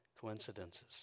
coincidences